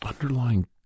underlying